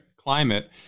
climate